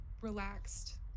relaxed